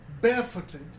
barefooted